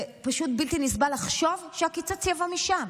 זה פשוט בלתי נסבל לחשוב שהקיצוץ יבוא משם.